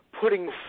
putting